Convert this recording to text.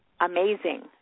amazing